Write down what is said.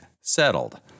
settled